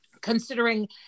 Considering